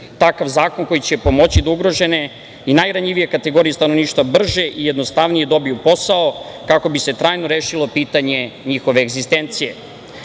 takav zakon koji će pomoći da ugrožene i najranjivije kategorije stanovništva brže i jednostavnije dobiju posao kako bi se trajno rešilo pitanje njihove egzistencije. Socijalno